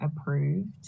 approved